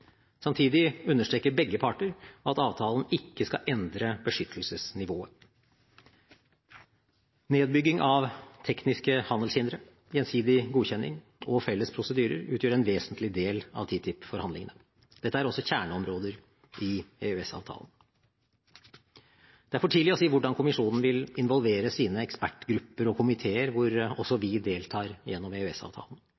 Samtidig understreker begge parter at avtalen ikke skal endre beskyttelsesnivået. Nedbygging av tekniske handelshindre, gjensidig godkjenning og felles prosedyrer utgjør en vesentlig del av TTIP-forhandlingene. Dette er også kjerneområder i EØS-avtalen. Det er for tidlig å si hvordan kommisjonen vil involvere sine ekspertgrupper og komiteer, hvor også